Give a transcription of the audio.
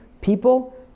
people